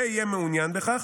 ויהיה מעוניין בכך,